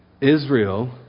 Israel